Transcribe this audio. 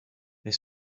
they